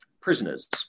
prisoners